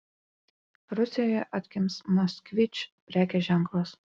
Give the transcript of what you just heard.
rusijoje atgims moskvič prekės ženklas